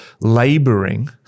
laboring